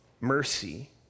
mercy